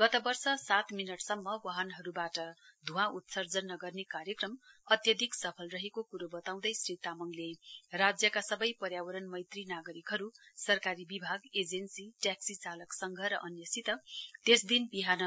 गत वर्ष सात मिनटसम्म वाहनहरूबाट धुँवा उत्सर्जन नगर्ने कार्यक्रम अत्याधिक सफल रहेको क्रो बताउँदै श्री तामाङले राज्यका सबै पर्यावरण मैत्री नागरिकहरू सरकारी विभाग एजेन्सी ट्याक्सी चालक संघ र अन्यसित त्यस दिन बिहान